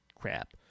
Crap